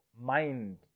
mind